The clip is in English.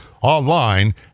online